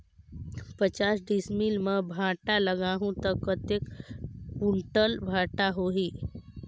पचास डिसमिल मां भांटा लगाहूं ता कतेक कुंटल भांटा होही?